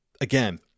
again